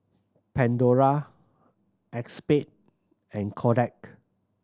Pandora Acexspade and Kodak